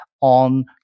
on